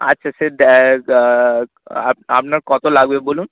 আচ্ছা সে আপনার কত লাগবে বলুন